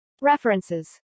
References